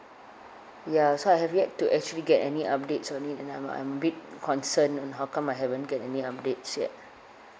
ya so I have yet to actually get any updates so I mean and I'm I'm a bit concerned on how come I haven't get any updates yet